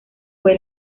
fue